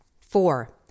Four